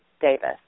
Davis